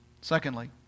Secondly